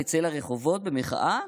נצא לרחובות במחאה?